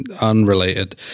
unrelated